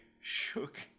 shook